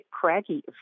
craggy